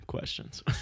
Questions